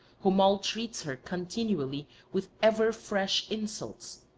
who maltreats her continually with ever fresh insults,